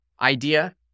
idea